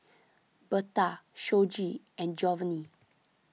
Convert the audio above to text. Bertha Shoji and Jovanni